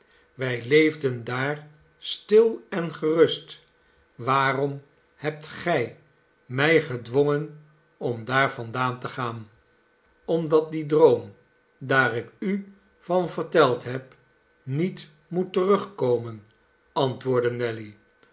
wij leefden daar stil en gerust waarom hebt gij mij gedwongen om daar vandaan te gaan omdat die droom daar ik u van verteld heb niet moet terugkomen antwoordde nelly